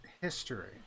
history